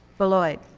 beloyed.